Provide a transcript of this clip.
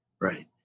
Right